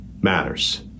matters